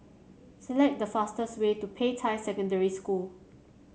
select the fastest way to Peicai Secondary School